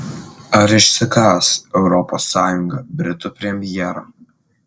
ar išsigąs europos sąjunga britų premjero